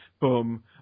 boom